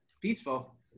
peaceful